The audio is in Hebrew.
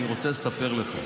אני רוצה לספר לך,